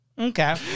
Okay